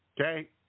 okay